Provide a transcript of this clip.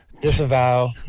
Disavow